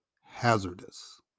hazardous